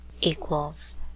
equals